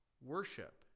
worship